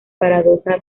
paradoja